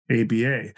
ABA